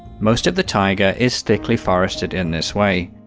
most of the taiga is thickly forested in this way.